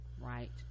right